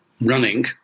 running